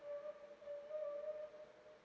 and